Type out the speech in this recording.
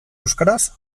euskaraz